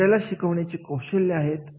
दुसऱ्याला शिकवण्याची कौशल्य आहे